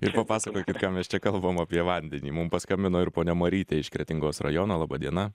ir papasakokit ką mes čia kalbam apie vandenį mum paskambino ir ponia marytė iš kretingos rajono laba diena